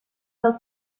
del